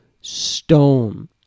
stone